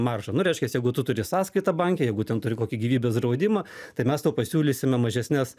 maržą nu reiškias jeigu tu turi sąskaitą banke jeigu ten turi kokį gyvybės draudimą tai mes tau pasiūlysime mažesnes